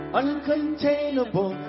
uncontainable